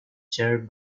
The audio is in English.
chaired